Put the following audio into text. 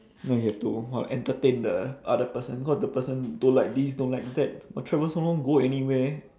no you have to !wah! entertain the other person cause the person don't like this don't like that but travel so long go anywhere